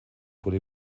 wurde